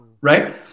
Right